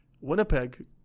Winnipeg